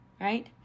right